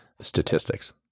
statistics